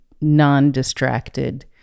non-distracted